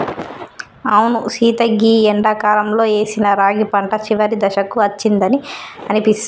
అవును సీత గీ ఎండాకాలంలో ఏసిన రాగి పంట చివరి దశకు అచ్చిందని అనిపిస్తుంది